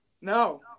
No